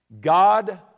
God